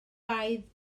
baedd